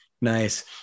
nice